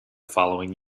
following